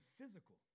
physical